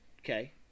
Okay